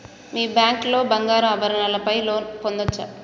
మీ bank లో బంగారు ఆభరణాల పై లోన్ పొందచ్చా?